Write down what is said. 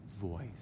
voice